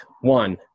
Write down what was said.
One